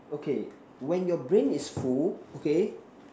okay when your brain is full okay